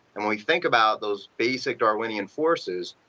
and when we think about those basic darwinian forces,